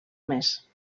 més